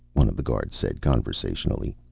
one of the guards said, conversationally.